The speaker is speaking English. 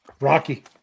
Rocky